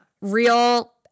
Real